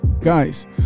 Guys